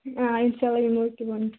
آ اِنشاء اللہ یِمو ییٚکیا وُنۍ